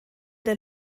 der